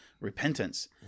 repentance